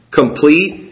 complete